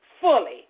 fully